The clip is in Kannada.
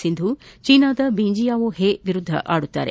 ಸಿಂಧು ಚೀನಾದ ಬೆಂಜಿಯಾವೊ ಹೆ ವಿರುದ್ದ ಆದಲಿದ್ದಾರೆ